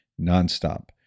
nonstop